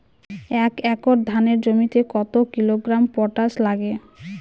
এক একর ধানের জমিতে কত কিলোগ্রাম পটাশ লাগে?